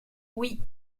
oui